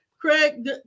Craig